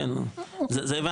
זה הבנתי,